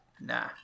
nah